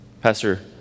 Pastor